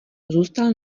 zůstal